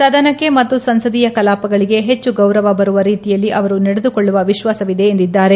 ಸದನಕ್ಕೆ ಮತ್ತು ಸಂಸದೀಯ ಕಲಾಪಗಳಿಗೆ ಹೆಚ್ಚು ಗೌರವ ಬರುವ ರೀತಿಯಲ್ಲಿ ಅವರು ನಡೆದುಕೊಳ್ಳುವ ವಿಶ್ವಾಸವಿದೆ ಎಂದಿದ್ದಾರೆ